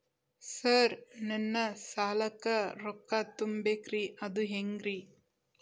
Sir ನನ್ನ ಸಾಲಕ್ಕ ರೊಕ್ಕ ತುಂಬೇಕ್ರಿ ಅದು ಹೆಂಗ್ರಿ?